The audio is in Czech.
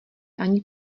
ani